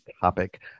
topic